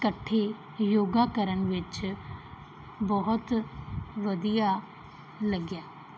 ਇਕੱਠੇ ਯੋਗਾ ਕਰਨ ਵਿੱਚ ਬਹੁਤ ਵਧੀਆ ਲੱਗਿਆ